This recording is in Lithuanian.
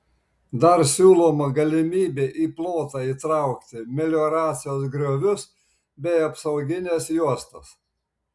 dar siūloma galimybė į plotą įtraukti melioracijos griovius bei apsaugines juostas